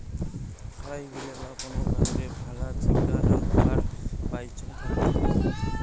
খারাই বিলে বা কোন গাঙে ভালা চিকা নাম্পার পাইচুঙ থাকি